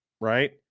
Right